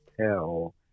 tell